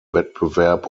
wettbewerb